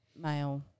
male